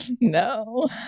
No